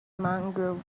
mangrove